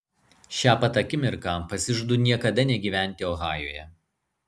šią pat akimirką pasižadu niekada negyventi ohajuje